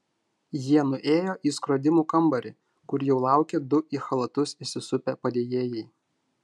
jie nuėjo į skrodimų kambarį kur jau laukė du į chalatus įsisupę padėjėjai